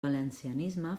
valencianisme